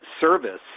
service